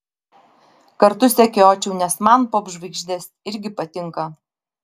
kartu sekiočiau nes man popžvaigždės irgi patinka